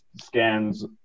scans